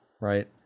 Right